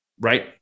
right